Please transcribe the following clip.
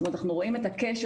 אנחנו רואים את הקשר,